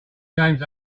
james